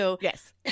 Yes